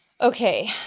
Okay